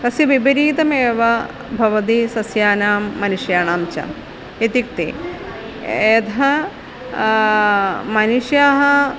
तस्य विपरीतमेव भवति सस्यानां मनुष्याणां च इत्युक्ते यथा मनुष्याः